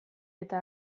eta